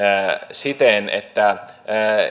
siten että